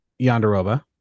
Yonderoba